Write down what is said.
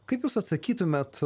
kaip jūs atsakytumėt